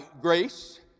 grace